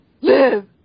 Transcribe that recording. live